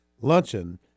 luncheon